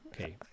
Okay